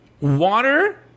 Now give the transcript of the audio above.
Water